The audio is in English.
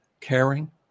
caring